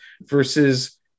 versus